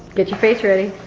get your face ready.